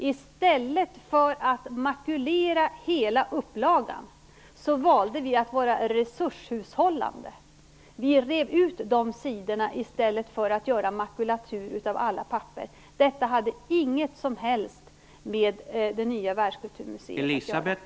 I stället för att makulera hela upplagan valde vi att vara resurshushållande. I stället för att göra makulatur av alla papper rev vi ur de sidorna. Detta hade inget som helst med det nya världskulturmuseet att göra.